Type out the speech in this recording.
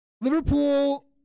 Liverpool